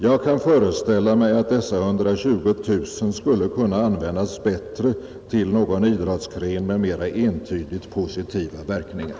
Jag kan föreställa mig att dessa 120 000 kronor skulle kunna användas bättre till någon idrottsgren med mera entydigt positiva verkningar.